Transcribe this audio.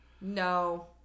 no